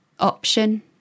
option